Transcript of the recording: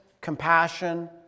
compassion